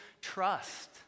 trust